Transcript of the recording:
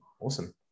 Awesome